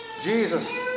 Jesus